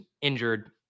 injured